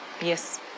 Yes